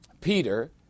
Peter